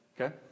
Okay